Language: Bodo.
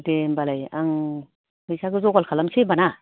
दे होमबालाय आं फैसाखौ जगार खालामसै होमबा ना